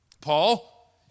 Paul